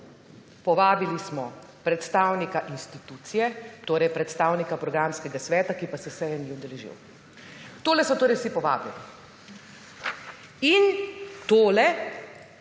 Povabili smo predstavnika institucije, torej predstavnika programskega sveta, ki pa se seje ni udeležil. Tole so torej vsi povabljeni. In tole